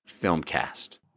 filmcast